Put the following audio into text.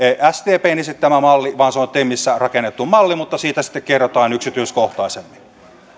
sdpn esittämä malli vaan se on temissä rakennettu malli mutta siitä sitten kerrotaan yksityiskohtaisemmin